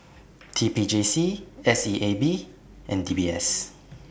T P J C S E A B and D B S